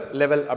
level